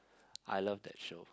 I love that show